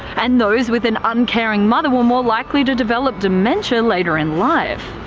and those with an uncaring mother were more likely to develop dementia later in life.